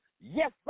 Yes